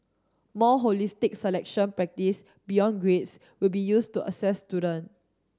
more holistic selection practice beyond grades will be used to assess student